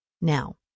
Now